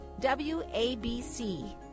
WABC